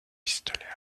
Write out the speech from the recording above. pistolets